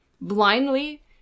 blindly